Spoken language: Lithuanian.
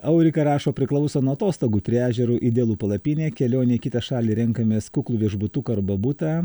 eurika rašo priklauso nuo atostogų prie ežero idealu palapinė kelionei į kitą šalį renkamės kuklų viešbutuką arba butą